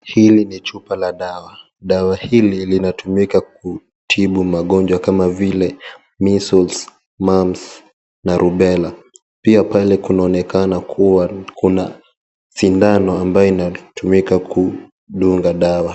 Hili ni chupa la dawa. Dawa hili, linatumika kutibu magonjwa kama vile, measles, mumps na rubella . Pia pale kunaonekana kuwa, kuna sindano ambaye inatumika kudunga dawa.